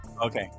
Okay